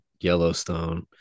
yellowstone